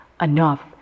enough